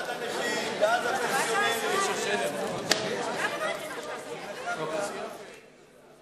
ההצעה להסיר מסדר-היום את הצעת חוק רשות השידור (תיקון,